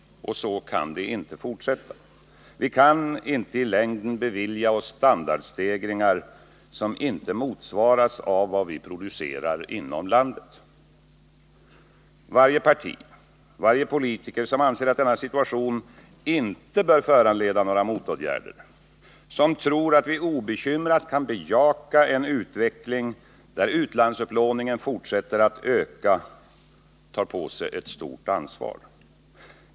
Så kan det inte fortsätta. Vi kan inte i längden bevilja oss standardstegringar som inte motsvaras av vad vi producerar inom landet. Varje parti, varje politiker som anser att denna situation inte bör föranleda några motåtgärder, som tror att vi obekymrat kan bejaka en utveckling där utlandsupplåningen fortsätter att öka, tar på sig ett stort ansvar.